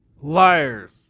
Liars